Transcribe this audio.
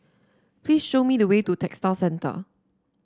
please show me the way to Textile Center